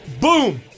Boom